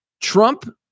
Trump